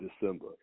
December